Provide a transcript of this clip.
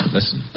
Listen